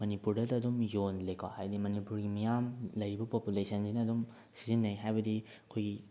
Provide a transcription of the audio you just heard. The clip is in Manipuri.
ꯃꯅꯤꯄꯨꯔꯗꯇ ꯑꯗꯨꯝ ꯌꯣꯜꯂꯦꯀꯣ ꯍꯥꯏꯗꯤ ꯃꯅꯤꯄꯨꯔꯒꯤ ꯃꯤꯌꯥꯝ ꯂꯩꯔꯤꯕ ꯄꯣꯄꯨꯂꯦꯁꯟꯁꯤꯅ ꯑꯗꯨꯝ ꯁꯤꯖꯤꯟꯅꯩ ꯍꯥꯏꯕꯗꯤ ꯑꯩꯈꯣꯏꯒꯤ